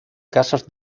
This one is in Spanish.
casos